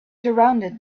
surrounded